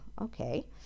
okay